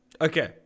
Okay